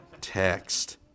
Text